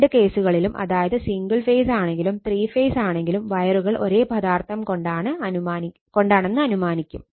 രണ്ട് കേസുകളിലും അതായത് സിംഗിൾ ഫേസ് ആണെങ്കിലും ത്രീ ഫേസ് ആണെങ്കിലും വയറുകൾ ഒരേ പദാർത്ഥം കൊണ്ടാണെന്ന് അനുമാനിക്കും